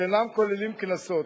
שאינם כוללים קנסות.